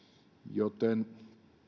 joten